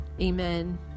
Amen